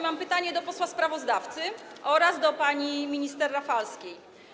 Mam pytanie do posła sprawozdawcy oraz do pani minister Rafalskiej.